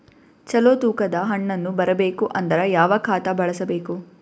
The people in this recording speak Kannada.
ಚಲೋ ತೂಕ ದ ಹಣ್ಣನ್ನು ಬರಬೇಕು ಅಂದರ ಯಾವ ಖಾತಾ ಬಳಸಬೇಕು?